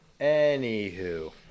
Anywho